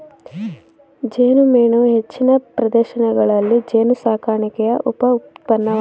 ಜೇನುಮೇಣವು ಹೆಚ್ಚಿನ ಪ್ರದೇಶಗಳಲ್ಲಿ ಜೇನುಸಾಕಣೆಯ ಉಪ ಉತ್ಪನ್ನವಾಗಿದೆ